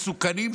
מסוכנים,